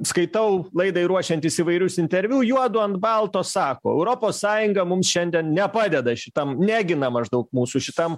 skaitau laidai ruošiantis įvairius interviu juodu ant balto sako europos sąjunga mums šiandien nepadeda šitam negina maždaug mūsų šitam